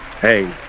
Hey